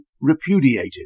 repudiated